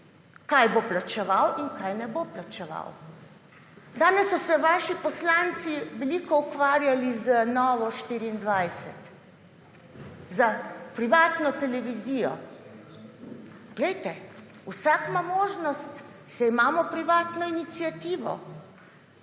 kaj bo plačeval in česa ne bo plačeval. Danes so se vaši poslanci veliko ukvarjali z Novo24. S privatno televizijo. Poglejte, vsak ima možnost, saj imamo privatno iniciativo.